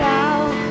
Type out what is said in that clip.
out